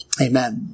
Amen